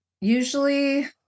usually